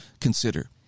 consider